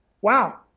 wow